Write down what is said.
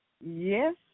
Yes